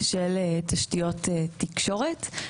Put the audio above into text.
של תשתיות תקשורת.